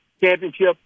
championship